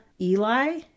Eli